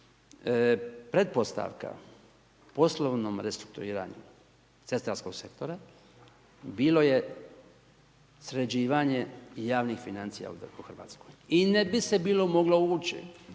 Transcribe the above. pretpostavka poslovnom restrukturiranju cestarskog sektora i bilo je sređivanje javnih financija u RH. I ne bi se bilo moglo ući